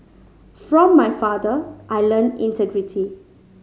from my father I learnt integrity